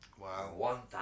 Wow